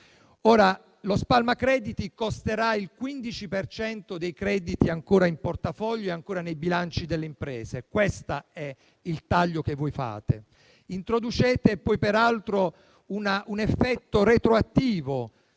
Lo spalmacrediti costerà il 15 per cento dei crediti ancora in portafoglio e ancora nei bilanci delle imprese, questo è il taglio che voi fate.